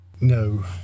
No